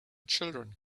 children